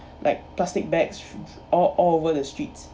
bag plastic bags all all over the streets